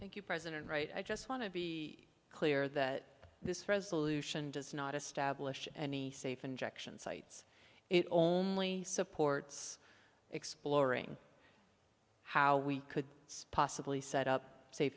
you thank you president right i just want to be clear that this resolution does not establish any safe injection sites it only supports exploring how we could possibly set up sa